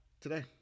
today